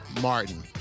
Martin